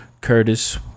Curtis